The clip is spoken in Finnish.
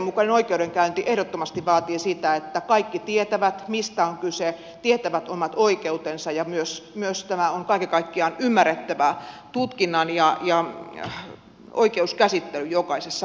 oikeudenmukainen oikeudenkäynti ehdottomasti vaatii sitä että kaikki tietävät mistä on kyse tietävät omat oikeutensa ja myös että tämä on kaiken kaikkiaan ymmärrettävää tutkinnan ja oikeuskäsittelyn jokaisessa vaiheessa